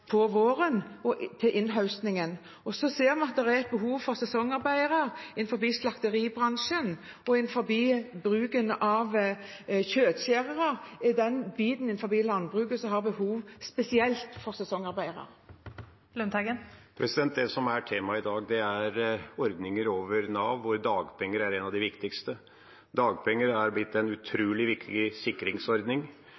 på våren og i forbindelse med innhøstingen. Vi ser at det også er et behov for sesongarbeidere i slakteribransjen, bl.a. gjelder det kjøttskjærere. Det er de delene av landbruket som spesielt har behov for sesongarbeidere. Det som er temaet i dag, er ordninger over Nav, hvor dagpenger er en av de viktigste. Dagpenger har blitt en